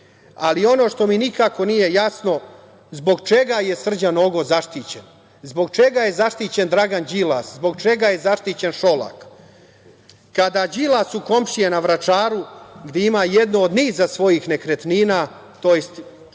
ali ono što mi nikako nije jasno jeste zbog čega je Srđan Nogo zaštićen, zbog čega je zaštićen Dragan Đilas, zbog čega je zaštićen Šolak? Đilasu komšije na Vračaru gde ima jednu od niza svojih nekretnina, to jest danas